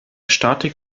statik